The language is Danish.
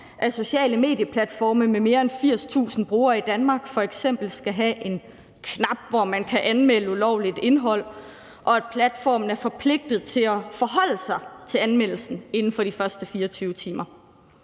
af sociale medieplatforme med mere end 80.000 brugere i Danmark f.eks. skal have en knap, hvor man kan anmelde ulovligt indhold, og at platformen er forpligtet til at forholde sig til anmeldelsen inden for de første 24 timer.